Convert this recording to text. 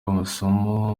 amasomo